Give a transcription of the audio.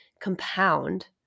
compound